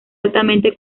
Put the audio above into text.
altamente